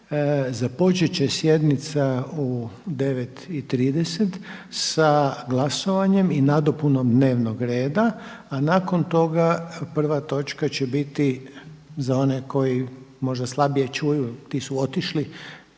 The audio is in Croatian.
Započet će sjednica u 9,30 sa glasovanjem i nadopunom dnevnog reda, a nakon toga prva točka će biti za one koji možda slabije čuju, ti su otišli